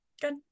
Good